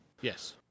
Yes